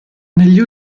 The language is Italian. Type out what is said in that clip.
negli